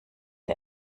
der